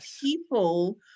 people